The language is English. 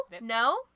No